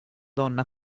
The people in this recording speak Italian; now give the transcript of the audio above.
donna